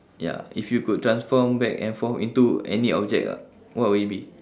ya if you could transform back and forth into any object ah what would it be